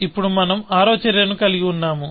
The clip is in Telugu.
ఇప్పుడు మనం ఆరవ చర్యను కలిగి ఉన్నాము